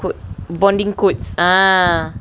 quote bonding quotes ah